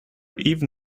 even